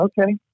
okay